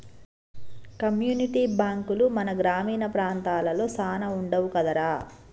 community బాంకులు మన గ్రామీణ ప్రాంతాలలో సాన వుండవు కదరా